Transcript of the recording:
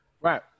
Right